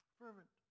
fervent